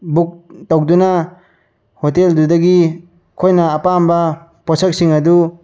book ꯇꯧꯗꯨꯅ ꯍꯣꯇꯦꯜꯗꯨꯗꯒꯤ ꯑꯩꯈꯣꯏꯅ ꯑꯄꯥꯝꯕ ꯄꯣꯁꯛꯁꯤꯡ ꯑꯗꯨ